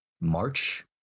March